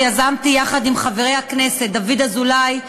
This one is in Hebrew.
שיזמתי יחד עם חברי הכנסת דוד אזולאי,